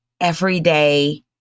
everyday